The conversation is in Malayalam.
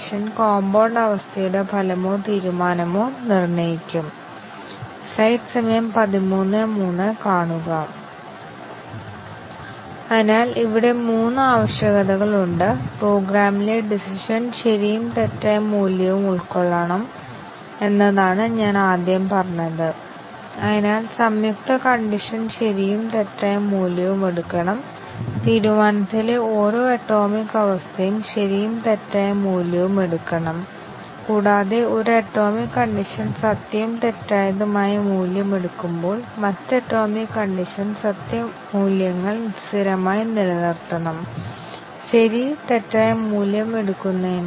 ഷോർട്ട് സർക്യൂട്ട് മൂല്യനിർണ്ണയത്തിന്റെ ഒരു ഉദാഹരണം ഞങ്ങൾ നോക്കാം എന്തുകൊണ്ടാണ് ഒന്നിലധികം കണ്ടീഷൻ കവറേജും കണ്ടീഷൻ ഡിസിഷൻ കവറേജും മുതലായവ ഞങ്ങൾ നോക്കിയ രീതി വളരെ ലളിതമാണ് കംപൈലർ അതിനെ ശരിക്കും വിലയിരുത്തുന്നില്ല അതിനാൽ ആവശ്യമായ ടെസ്റ്റ് കേസുകളുടെ എണ്ണം കുറവായിരിക്കും ഞങ്ങളുടെ ചില അനുമാനങ്ങൾ യഥാർത്ഥത്തിൽ വളരെ ലളിതമായിരുന്നു കംപൈലർ അത്തരത്തിലുള്ള വിലയിരുത്തൽ നടത്തുന്നില്ല